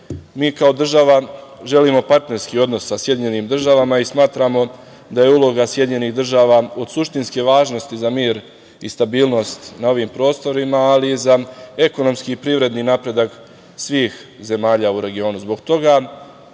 Mi kao država želimo partnerski odnos sa Sjedinjenim Državama i smatramo da je uloga Sjedinjenih Država od suštinske važnosti za mir i stabilnost na ovim prostorima, ali i za ekonomski i privredni napredak svih zemalja u regionu. Zbog toga